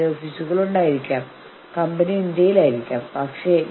അത് മികച്ച ഫലം തരാൻ സാധ്യതയുള്ള ഒന്നാണ്